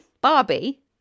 Barbie